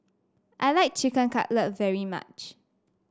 I like Chicken Cutlet very much